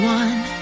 one